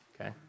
okay